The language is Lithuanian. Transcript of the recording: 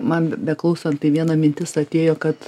man be beklausan tai viena mintis atėjo kad